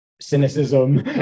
cynicism